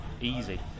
easy